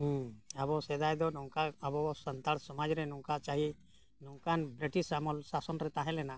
ᱦᱮᱸ ᱟᱵᱚ ᱥᱮᱫᱟᱭ ᱫᱚ ᱱᱚᱝᱠᱟ ᱟᱵᱚ ᱥᱟᱱᱛᱟᱲ ᱥᱚᱢᱟᱡᱽ ᱨᱮ ᱱᱚᱝᱠᱟ ᱪᱟᱹᱦᱤ ᱱᱚᱝᱠᱟᱱ ᱵᱨᱤᱴᱤᱥ ᱟᱢᱚᱞ ᱥᱟᱥᱚᱱ ᱨᱮ ᱛᱟᱦᱮᱸ ᱞᱮᱱᱟ